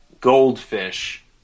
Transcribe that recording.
goldfish